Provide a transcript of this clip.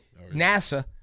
NASA